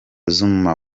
zuma